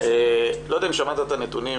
לא יודע אם שמעת את הנתונים